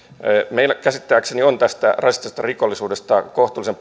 meillä käsittääkseni on tästä rasistisesta rikollisuudesta kohtuullisen